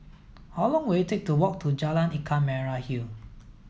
how long will it take to walk to Jalan Ikan Merah Hill